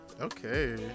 Okay